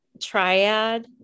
triad